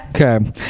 Okay